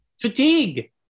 fatigue